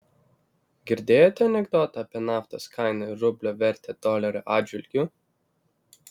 girdėjote anekdotą apie naftos kainą ir rublio vertę dolerio atžvilgiu